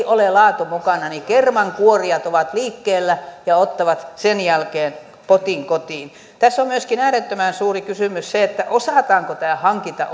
ole laatu mukana niin kermankuorijat ovat liikkeellä ja ottavat sen jälkeen potin kotiin tässä on myöskin äärettömän suuri kysymys se osataanko tämä hankinta